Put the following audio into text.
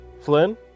Flynn